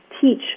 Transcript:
teach